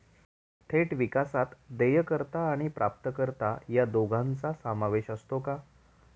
थेट विकासात देयकर्ता आणि प्राप्तकर्ता या दोघांचा समावेश असतो का?